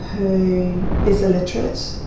who is illiterate,